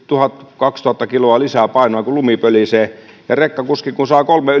tuhat viiva kaksituhatta kiloa lisää painoa kun lumi pölisee ja kun rekkakuski saa kolme